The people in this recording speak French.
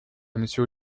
monsieur